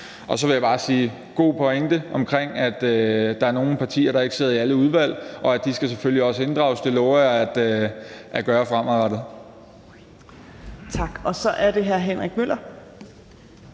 sige, at det er en god pointe omkring, at der er nogle partier, der ikke sidder i alle udvalg, og at de selvfølgelig også skal inddrages. Det lover jeg at gøre fremadrettet.